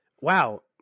Wow